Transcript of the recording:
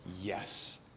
yes